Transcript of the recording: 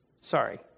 Sorry